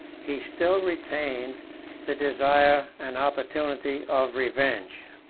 he still retained the desire and opportunity of revenge.